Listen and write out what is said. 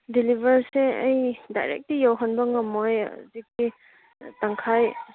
ꯗꯤꯂꯤꯕꯔꯁꯦ ꯑꯩ ꯗꯥꯏꯔꯦꯛꯇꯤ ꯌꯧꯍꯟꯕ ꯉꯝꯂꯣꯏ ꯍꯧꯖꯤꯛꯇꯤ ꯇꯪꯈꯥꯏ